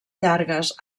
llargues